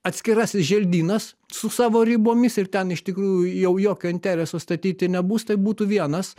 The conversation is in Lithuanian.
atskirasis želdynas su savo ribomis ir ten iš tikrųjų jau jokio intereso statyti nebus tai būtų vienas